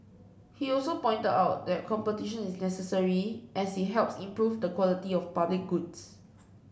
he also pointed out that competition is necessary as it helps improve the quality of public goods